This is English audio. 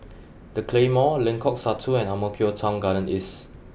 the Claymore Lengkok Satu and Ang Mo Kio Town Garden East